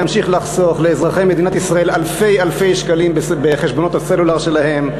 וימשיך לחסוך לאזרחי מדינת ישראל אלפי-אלפי שקלים בחשבונות הסלולר שלהם.